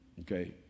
Okay